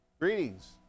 Greetings